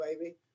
baby